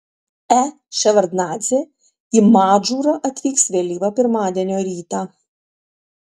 e ševardnadzė į madžūrą atvyks vėlyvą pirmadienio rytą